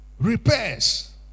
Repairs